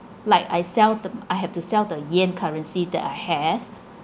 like I sell them I have to sell the yen currency that I have